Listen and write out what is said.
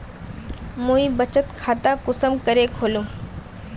मुई बचत खता कुंसम करे खोलुम?